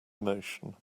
emotion